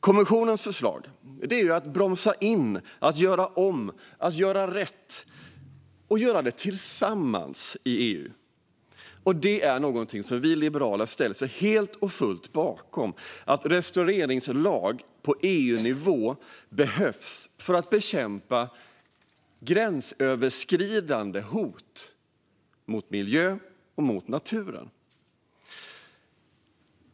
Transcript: Kommissionens förslag är att bromsa in, att göra om, att göra rätt och att göra det tillsammans i EU. Det är något som vi liberaler ställer oss helt och fullt bakom. En restaureringslag på EU-nivå behövs för att bekämpa gränsöverskridande hot mot miljön och naturen. Herr talman!